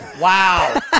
Wow